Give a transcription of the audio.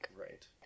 right